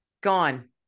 gone